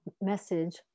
message